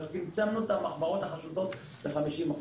אבל צמצמנו את המחברות החשודות ב-50%.